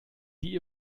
die